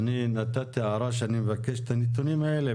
אני נתתי הערה שאני מבקש את הנתונים האלה.